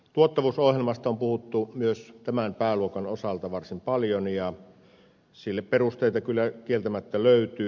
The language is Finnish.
tuottavuusohjelmasta on puhuttu myös tämän pääluokan osalta varsin paljon ja sille perusteita kyllä kieltämättä löytyy